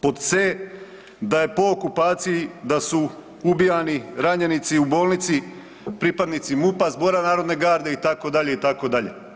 Pod C da je po okupaciji, da su ubijani ranjenici u bolnici, pripadnici MUP-a, Zbora narodne garde itd. itd.